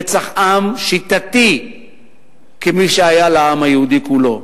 רצח-עם שיטתי כפי שהיה לעם היהודי כולו.